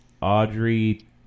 Audrey